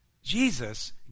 Jesus